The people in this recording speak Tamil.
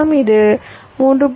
இது 3